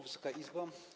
Wysoka Izbo!